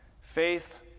Faith